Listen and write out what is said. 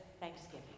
thanksgiving